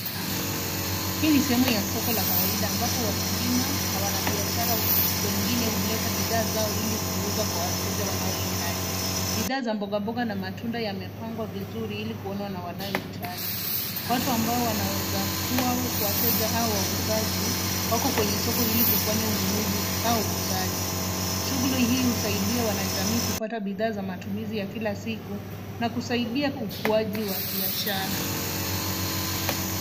Hii ni sehemu ya soko la kawaida ambapo wakulima na wanabiashara wengine huleta bidhaa zao ili kuuza kwa wateja wanaohitaji. Bidhaa za mboga mboga na matunda yamepangwa vizuri ili kuonwa na wanaohitaji. Watu ambao wanaweza kuwa wateja au wauzaji wako kwenye soko ili kufanya ununuzi au uuzaji. Shughuli hii husaidia wanajamii kupata bidhaa za matumizi ya kila siku na kusaidia ukuaji wa biashara.